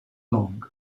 long